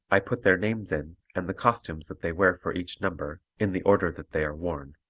i put their names in and the costumes that they wear for each number, in the order that they are worn.